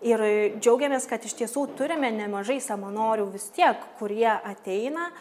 ir džiaugiamės kad iš tiesų turime nemažai savanorių vis tiek kurie ateina